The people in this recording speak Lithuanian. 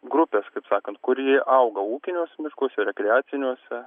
grupės kaip sakant kur ji auga ūkiniuose miškuose rekreaciniuose